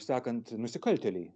sakant nusikaltėliai